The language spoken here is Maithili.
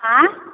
आँ